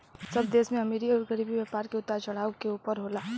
सब देश में अमीरी अउर गरीबी, व्यापार मे उतार चढ़ाव के ऊपर होला